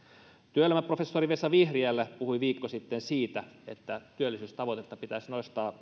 työelämän professori vesa vihriälä puhui viikko sitten siitä että työllisyystavoitetta pitäisi nostaa